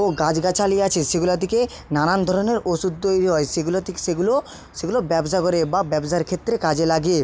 ও গাছ গাছালি আছে সেগুলা থেকে নানান ধরনের ওষুদ তৈরি হয় সেগুলো সেগুলো সেগুলো ব্যবসা করে বা ব্যবসার ক্ষেত্রে কাজে লাগে